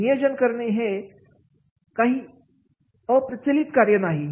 नियोजन करणे हे काही अप्रचलित कार्य नाही